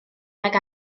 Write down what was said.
nag